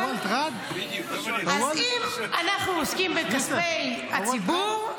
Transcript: אז אם אנחנו עוסקים בכספי הציבור,